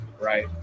right